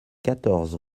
quatorze